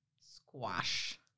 squash